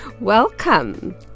welcome